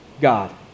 God